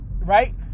Right